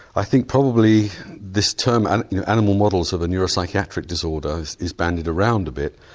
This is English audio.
i think probably this term and you know animal models have a neuro psychiatric disorder is is bandied around a bit.